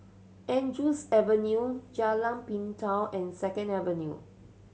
Andrews Avenue Jalan Pintau and Second Avenue